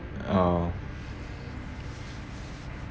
oo